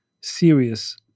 serious